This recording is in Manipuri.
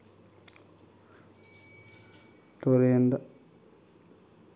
ꯇꯨꯔꯦꯜꯗ